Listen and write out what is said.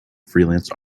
freelance